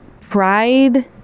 Pride